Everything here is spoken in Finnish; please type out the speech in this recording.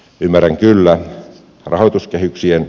ymmärrän kyllä rahoituskehyksien